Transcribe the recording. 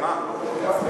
חצצית,